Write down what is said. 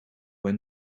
when